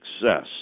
success